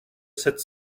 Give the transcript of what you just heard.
sept